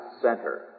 center